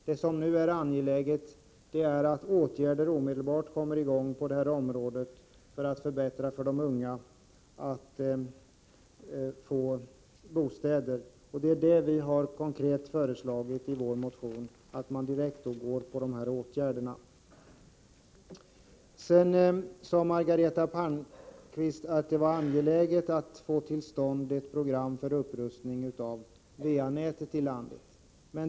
Det som nu är angeläget är att åtgärder omedelbart kommer i gång för att förbättra möjligheterna för de unga att få bostad. Vi har konkret föreslagit i vår motion att man direkt sätter i gång med sådana åtgärder. Sedan sade Margareta Palmqvist att det var angeläget att få till stånd ett program för upprustning av va-nätet i landet.